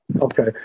Okay